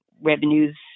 revenues